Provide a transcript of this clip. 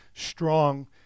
strong